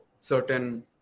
certain